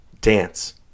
dance